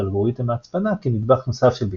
אלגוריתם ההצפנה כנדבך נוסף של ביטחון.